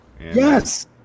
Yes